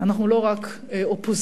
אנחנו לא רק אופוזיציה,